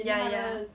ya ya